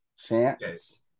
Chance